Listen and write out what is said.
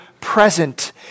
present